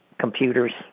computers